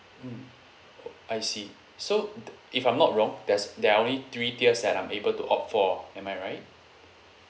mm oh I see so if I'm not wrong there's there are only three tiers that I'm able to opt for am I right